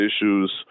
issues